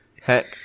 Heck